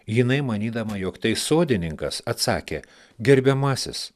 jinai manydama jog tai sodininkas atsakė gerbiamasis